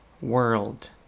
world